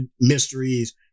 mysteries